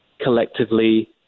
collectively